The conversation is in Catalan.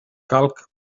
calc